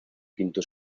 quinto